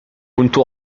كنت